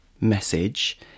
message